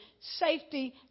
safety